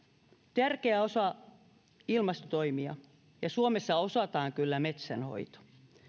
tärkeä osa ilmastotoimia ja suomessa osataan kyllä metsänhoito